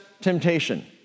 temptation